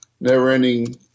never-ending